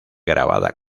grabada